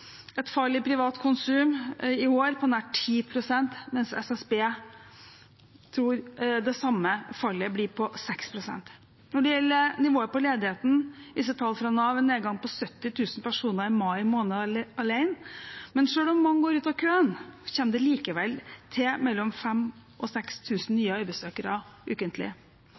et fall i privat konsum i år på nær 10 pst., mens SSB tror det samme fallet blir på 6 pst. Når det gjelder nivået på ledigheten, viser tall fra Nav en nedgang på 70 000 personer i mai måned alene, men selv om mange går ut av køen, kommer det likevel til mellom 5 000 og 6 000 nye arbeidssøkere ukentlig.